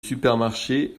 supermarché